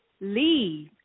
leave